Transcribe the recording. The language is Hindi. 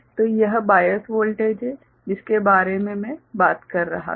तो यह बायस वोल्टेज है जिसके बारे में मैं बात कर रहा था